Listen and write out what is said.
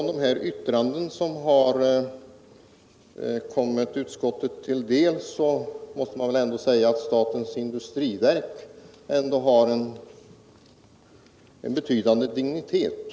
När det gäller de yttranden som kommit in till utskottet måste man väl ändå säga att statens industriverk har en betydande dignitet.